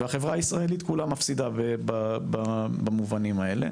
והחברה הישראלית כולה מפסידה במובנים האלה.